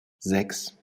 sechs